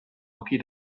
hockey